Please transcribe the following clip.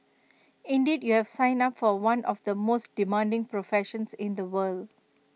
indeed you have signed up for one of the most demanding professions in the world